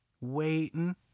waiting